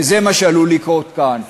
וזה מה שעלול לקרות כאן.